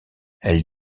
elle